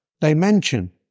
dimension